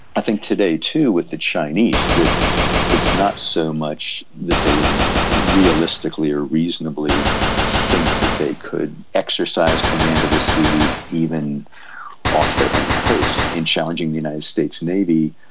i think today too with the chinese, that it's not so much that they would realistically or reasonably think that they could exercise command of the sea even off their own coast in challenging the united states navy,